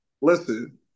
Listen